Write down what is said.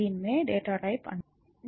దీనిని data type అంటారు